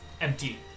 empty